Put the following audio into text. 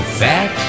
fat